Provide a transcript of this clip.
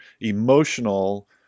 emotional